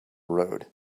road